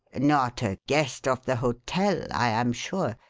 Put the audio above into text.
not a guest of the hotel, i am sure,